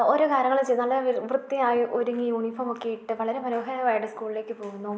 ഓരോ കാര്യങ്ങൾ ചെയ്ത് നല്ല വ്ർ വൃത്തിയായി ഒരുങ്ങി യൂണീഫോമൊക്കെ ഇട്ട് വളരെ മനോഹരമായിട്ട് സ്കൂളിലേക്ക് പോകുന്നു